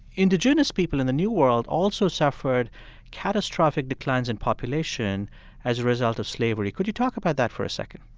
indigenous people in the new world also suffered catastrophic declines in population as a result of slavery. could you talk about that for a second?